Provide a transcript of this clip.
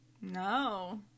No